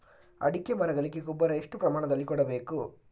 ಅಡಿಕೆ ಮರಗಳಿಗೆ ಗೊಬ್ಬರ ಎಷ್ಟು ಪ್ರಮಾಣದಲ್ಲಿ ಕೊಡಬೇಕು?